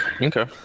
Okay